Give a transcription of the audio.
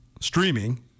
Streaming